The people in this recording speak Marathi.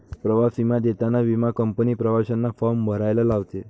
प्रवास विमा देताना विमा कंपनी प्रवाशांना फॉर्म भरायला लावते